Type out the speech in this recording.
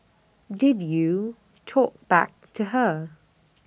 did you talk back to her